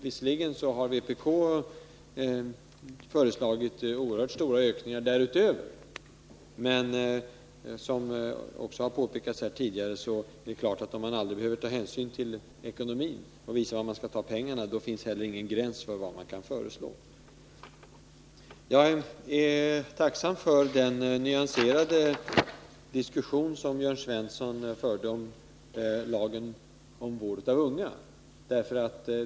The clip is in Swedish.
Visserligen har vpk föreslagit oerhört stora ökningar därutöver, men det är klart att om man aldrig behöver ta hänsyn till ekonomin och visa varifrån man skall ta pengarna, finns det heller ingen gräns för vad man kan föreslå. Jag är tacksam för den nyanserade diskussion Jörn Svensson förde om lagen om vård av unga.